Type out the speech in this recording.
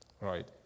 Right